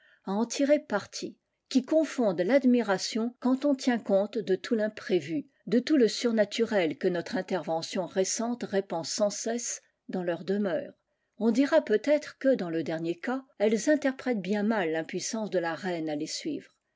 en tirer parti qui confondent tadmiration quand on tient compte de tout l'imprévu de tout le surnaturel que notre intervention récente répand sans cesse dans irs demeures on dira peut-être que dans le nier cas elles interprètent bien mal l'imissance de la reine à les suivre